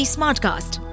Smartcast